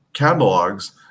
catalogs